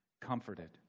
comforted